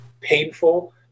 painful